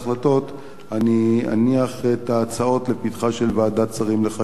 אני אניח את ההצעות לפתחה של ועדת שרים לחקיקה,